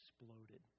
exploded